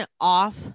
off